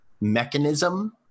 mechanism